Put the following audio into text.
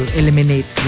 eliminate